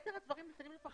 יתר הדברים ניתנים לפרשנות.